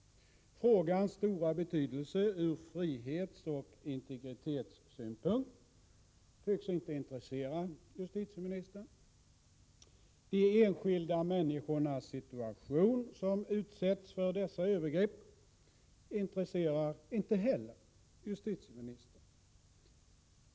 Frågans stora betydelse ur frihetsoch integritetssyn punkt tycks inte intressera justitieministern. Situationen för de enskilda människor som utsätts för dessa övergrepp intresserar inte heller justitieministern.